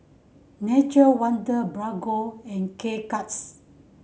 Nature Wonder Bargo and K Cuts